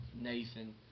Nathan